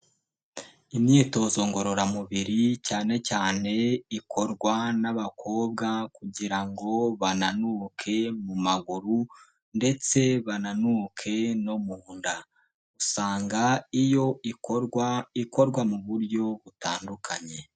Imyitozo ngororamubiri cyane cyane ikorwa n'abakobwa kugira ngo bananuke mu maguru ndetse bananuke no mu nda, usanga iyo ikorwa, ikorwa mu buryo butandukanye.